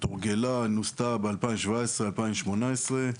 היא תורגלה ונוסתה ב-2017, 2018,